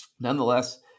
nonetheless